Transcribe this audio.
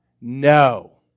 no